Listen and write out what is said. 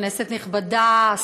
כנסת נכבדה,